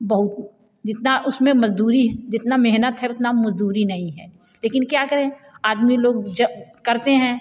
बहुत जितना उसमें मज़दूरी जितना मेहनत है उतना मज़दूरी नहीं है लेकिन क्या करें आदमी लोग जो करते हैं